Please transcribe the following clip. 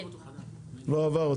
הצבעה 2 בעד, לא עבר.